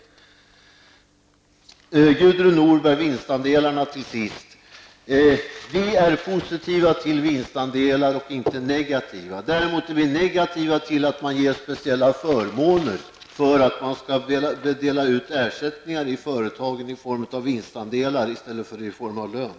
Till sist, Gudrun Norberg, om vinstandelarna: Vi är positiva till vinstandelar och inte negativa. Vi är negativa till speciella förmåner, till att man delar ut ersättningar i företagen i form av vinstandelar i stället för i form av lön.